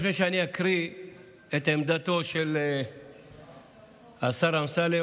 לפני שאני אקריא את עמדתו של השר אמסלם,